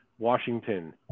Washington